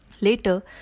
Later